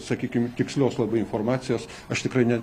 sakykim tikslios labai informacijos aš tikrai ne